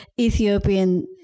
Ethiopian